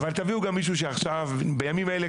אבל תביאו גם מישהו שעכשיו בימים אלה,